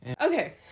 okay